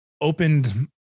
Opened